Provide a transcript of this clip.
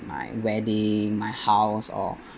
my wedding my house or